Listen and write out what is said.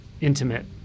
intimate